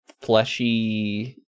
fleshy